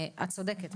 את צודקת,